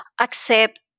accept